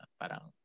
parang